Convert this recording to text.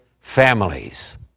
families